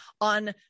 on